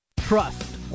Trust